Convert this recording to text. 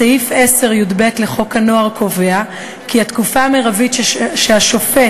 סעיף 10יב לחוק הנוער קובע כי התקופה המרבית שהשופט